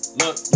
look